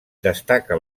destaca